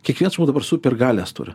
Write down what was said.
kiekvienas mūsų dabar supergalias turi